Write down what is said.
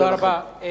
תודה רבה.